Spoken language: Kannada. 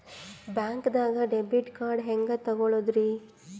ಬ್ಯಾಂಕ್ದಾಗ ಡೆಬಿಟ್ ಕಾರ್ಡ್ ಹೆಂಗ್ ತಗೊಳದ್ರಿ?